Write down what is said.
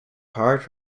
hard